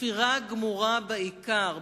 כפירה גמורה בעיקר,